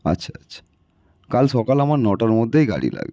আচ্ছা আচ্ছা কাল সকাল আমার নটার মধ্যেই গাড়ি লাগবে